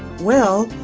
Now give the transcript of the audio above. well,